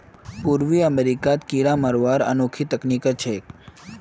पूर्वी अमेरिकात कीरा मरवार अनोखी तकनीक ह छेक